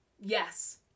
Yes